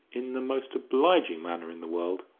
in the most obliging manner in the world,